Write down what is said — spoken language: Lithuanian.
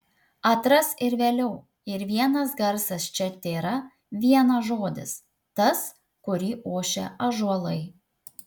atras ir vėliau ir vienas garsas čia tėra vienas žodis tas kurį ošia ąžuolai